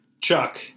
Chuck